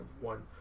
one